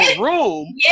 room